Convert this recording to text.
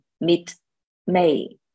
mid-May